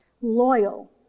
loyal